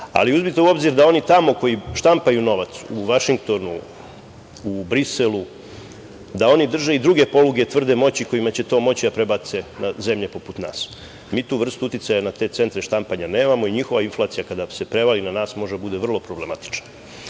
ali uzmite u obzir da oni tamo koji štampaju novac u Vašingtonu, u Briselu da oni drže i druge poluge tvrde moći kojima će to moći da prebace na zemlje poput nas. Mi tu vrstu uticaja na te centre štampanja nemamo i njihova inflacija kada se prevali na nas može da bude vrlo problematična.U